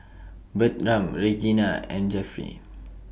Bertram Regina and Jeffry